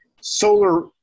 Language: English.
solar